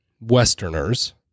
Westerners